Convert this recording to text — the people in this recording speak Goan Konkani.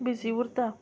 बिजी उरता